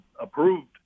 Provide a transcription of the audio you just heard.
approved